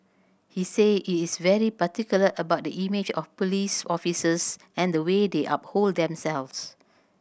he said he is very particular about the image of police officers and the way they uphold themselves